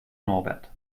norbert